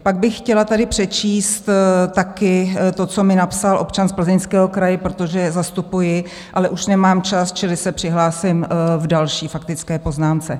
Pak bych chtěla tady přečíst taky to, co mi napsal občan z Plzeňského kraje, protože ho zastupuji, ale už nemám čas, čili se přihlásím v další faktické poznámce.